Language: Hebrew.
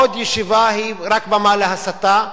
עוד ישיבה היא רק במה להסתה.